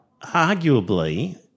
arguably